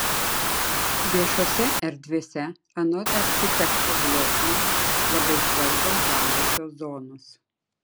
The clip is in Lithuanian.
viešose erdvėse anot architekto blotnio labai svarbios žaliosios zonos